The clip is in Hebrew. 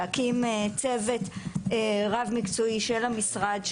להקים צוות רב-מקצועי של המשרד,